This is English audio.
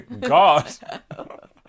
God